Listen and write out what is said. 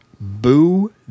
Boo